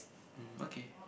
mm okay